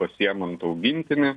pasiimant augintinį